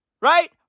Right